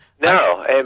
No